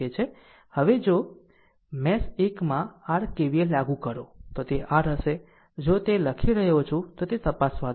હવે જો મેશ 1 માં r KVL લાગુ કરો તો તે r હશે જો તે લખી રહ્યો છું તે તપાસવા દો